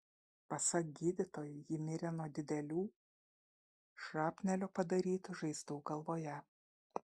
pasak gydytojų ji mirė nuo didelių šrapnelio padarytų žaizdų galvoje